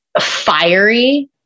fiery